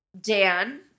Dan